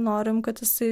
norim kad jisai